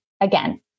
again